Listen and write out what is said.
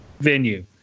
venue